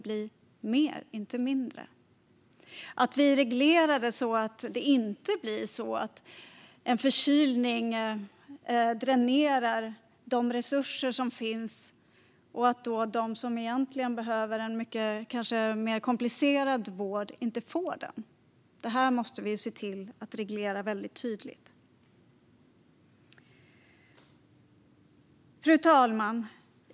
Det är viktigt att vi reglerar det så att det inte blir så att en förkylning dränerar vården på de resurser som finns och att de som kanske behöver en mycket mer komplicerad vård inte får den. Detta måste vi se till att reglera väldigt tydligt. Fru talman!